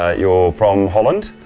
ah you're from holland,